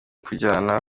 kujyana